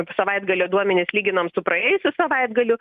savaitgalio duomenis lyginant su praėjusiu savaitgaliu